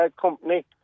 company